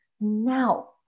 now